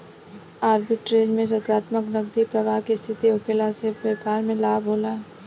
arbitrage में सकारात्मक नगदी प्रबाह के स्थिति होखला से बैपार में लाभ होला